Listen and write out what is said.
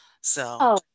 So-